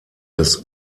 des